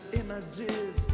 images